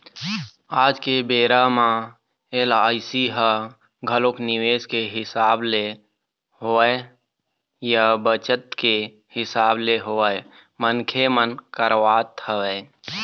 आज के बेरा म एल.आई.सी ह घलोक निवेस के हिसाब ले होवय या बचत के हिसाब ले होवय मनखे मन करवात हवँय